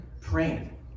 praying